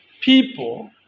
people